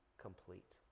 complete